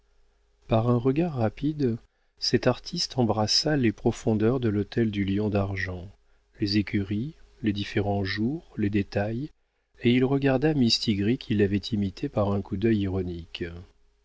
par un regard rapide cet artiste embrassa les profondeurs de l'hôtel du lion d'argent les écuries les différents jours les détails et il regarda mistigris qui l'avait imité par un coup d'œil ironique